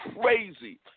crazy